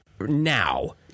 now